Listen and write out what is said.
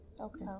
okay